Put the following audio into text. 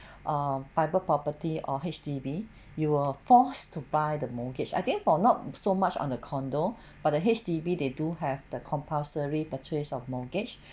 uh private property or H_D_B you are forced to buy the mortgage I think for not so much on the condo but the H_D_B they do have the compulsory purchase of mortgage